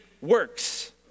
works